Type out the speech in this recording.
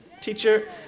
teacher